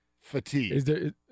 fatigue